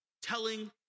Telling